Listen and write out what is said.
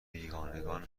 بیگانگان